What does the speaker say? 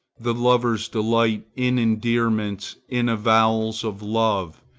the lovers delight in endearments, in avowals of love,